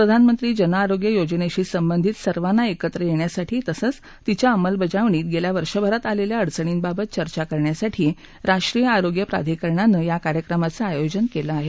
प्रधानमंत्री जनआरोग्य योजनेशी संबंधित सर्वांना एकत्र येण्यासाठी तसंच तिच्या अंमलबजावणीत गेल्या वर्षभरात आलेल्या अडचणींबाबत चर्चा करण्यासाठी राष्ट्रीय आरोग्य प्राधिकरणानं या कार्यक्रमाचं आयोजन केलं आहे